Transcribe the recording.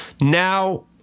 Now